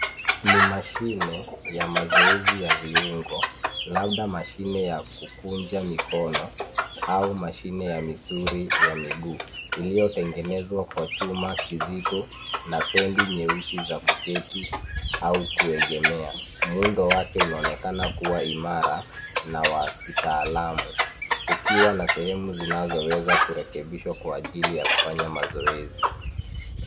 Ni machine, ya mazoezi ya viungo, labda machine ya kukunja mikono au machine ya misuli ya miguu, iliyotengenezwa kwa chuma kizito na pendi nyeusi za kuketi au kuegemea. Muundo wake unaonekana kuwa imara na wa kitaalamu, ukiwa na sehemu zinazoweza kurehekebishwa kwa ajili ya kufanya mazoezi.